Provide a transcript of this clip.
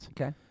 Okay